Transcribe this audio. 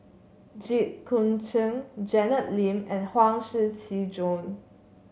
Jit Koon Ch'ng Janet Lim and Huang Shiqi Joan